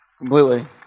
Completely